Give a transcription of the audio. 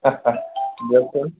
দিয়কচোন